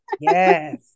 Yes